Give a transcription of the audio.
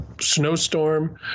snowstorm